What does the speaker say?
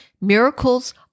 Miracles